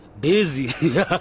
Busy